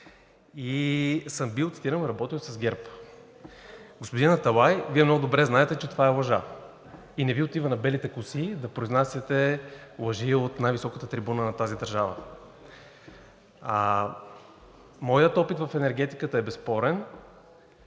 и съм работил с ГЕРБ. Господин Аталай, Вие много добре знаете, че това е лъжа и не Ви отива на белите коси да произнасяте лъжи от най-високата трибуна на тази държава. Моят опит в енергетиката е безспорен